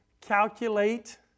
calculate